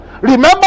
Remember